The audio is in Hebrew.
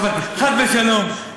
חס ושלום,